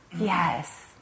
yes